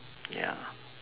ya